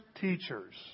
teachers